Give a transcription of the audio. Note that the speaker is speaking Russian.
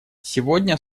сегодня